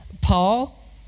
Paul